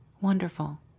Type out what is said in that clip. Wonderful